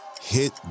Hit